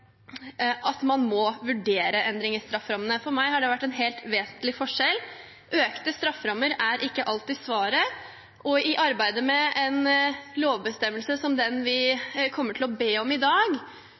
at man må vurdere endring av strafferammene. For meg har det vært en helt vesentlig forskjell. Økte strafferammer er ikke alltid svaret, og i arbeidet med en slik lovbestemmelse som den vi